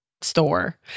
store